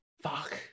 fuck